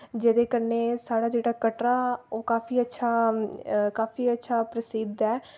जेह्दे कन्नै साढ़ा जेह्ड़ा कटरा ओह् काफी अच्छा काफी अच्छा प्रसिद्ध ऐ